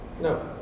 No